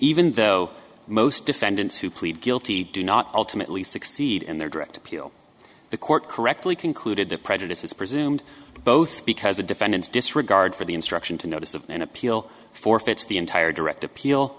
even though most defendants who plead guilty do not ultimately succeed in their direct appeal the court correctly concluded that prejudice is presumed both because the defendants disregard for the instruction to notice of an appeal forfeits the entire direct appeal